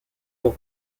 pour